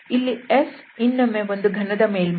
ಇಲ್ಲಿ S ಇನ್ನೊಮ್ಮೆ ಒಂದು ಘನದ ಮೇಲ್ಮೈ